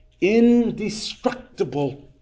Indestructible